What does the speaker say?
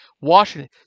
Washington